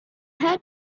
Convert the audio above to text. had